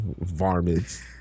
varmints